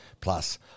plus